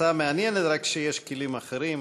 הצעה מעניינת, רק שיש כלים אחרים.